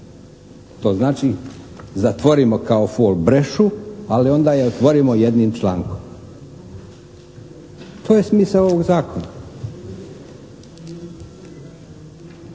To znači, zatvorimo kao fol brešu, ali onda je otvorimo jednim člankom. To je smisao ovog Zakona.